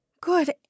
Good